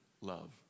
love